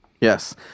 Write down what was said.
Yes